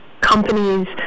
companies